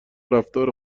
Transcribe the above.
رفتار